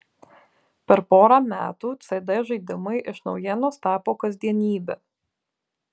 per porą metų cd žaidimai iš naujienos tapo kasdienybe